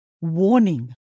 warning